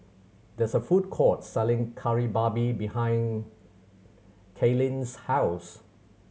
there is a food court selling Kari Babi behind Kailyn's house